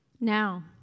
Now